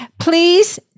Please